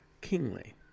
kingly